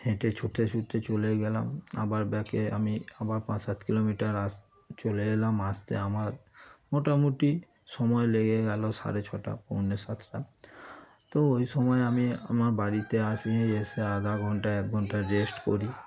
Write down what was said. হেঁটে ছুটতে ছুটতে চলে গেলাম আবার ব্যাকে আমি আবার পাঁচ সাত কিলোমিটার আস চলে এলাম আসতে আমার মোটামুটি সময় লেগে গেল সাড়ে ছটা পৌনে সাতটা তো ওই সময় আমি আমার বাড়িতে আসি এসে আধা ঘন্টা এক ঘন্টা রেস্ট করি